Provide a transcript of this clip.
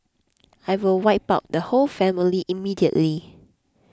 I will wipe out the whole family immediately